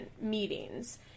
meetings